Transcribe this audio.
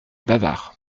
bavard